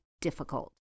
difficult